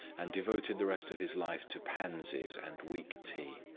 and devoted the rest of his life to pansies and weak tea.